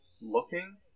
looking